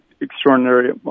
extraordinary